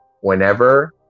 Whenever